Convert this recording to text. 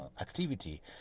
activity